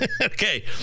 Okay